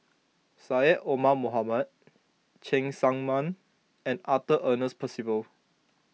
Syed Omar Mohamed Cheng Tsang Man and Arthur Ernest Percival